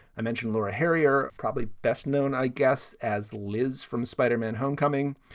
i mentioned laura hariya, probably best known, i guess, as liz from spider-man homecoming,